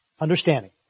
Understanding